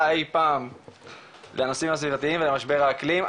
אי פעם לנושאים הסיבתיים ולמשבר האקלים,